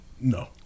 No